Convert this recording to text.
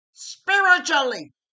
spiritually